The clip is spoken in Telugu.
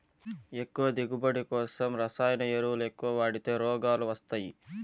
ఎక్కువ దిగువబడి కోసం రసాయన ఎరువులెక్కవ వాడితే రోగాలు వస్తయ్యి